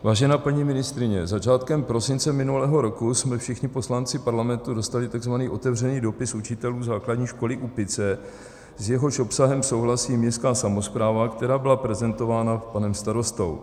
Vážená paní ministryně, začátkem prosince minulého roku jsme všichni poslanci Parlamentu dostali tzv. otevřený dopis učitelů Základní školy Úpice, s jehož obsahem souhlasí městská samospráva, která byla prezentována panem starostou.